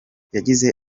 yagize